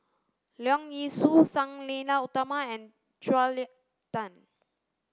Leong Yee Soo Sang Nila Utama and Julia Tan